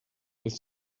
ist